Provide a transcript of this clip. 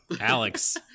Alex